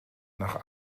nach